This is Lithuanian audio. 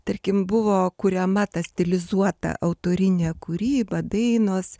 tarkim buvo kuriama ta stilizuota autorinė kūryba dainos